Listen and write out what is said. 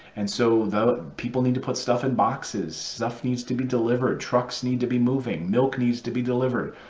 and so the people need to put stuff in boxes. stuff needs to be delivered. trucks need to be moving. milk needs to be delivered.